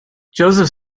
joseph